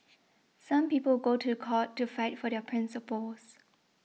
some people go to court to fight for their principles